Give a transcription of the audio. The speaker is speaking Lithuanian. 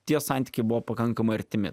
tie santykiai buvo pakankamai artimi